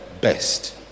best